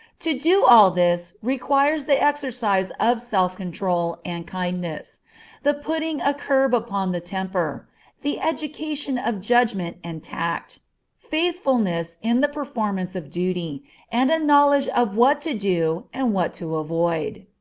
to do all this requires the exercise of self-control and kindness the putting a curb upon the temper the education of judgment and tact faithfulness in the performance of duty, and a knowledge of what to do and what to avoid.